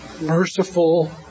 merciful